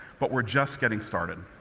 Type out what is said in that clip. but we're just getting started.